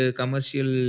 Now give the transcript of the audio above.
commercial